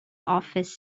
office